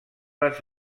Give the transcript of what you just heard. les